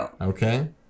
Okay